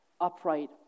upright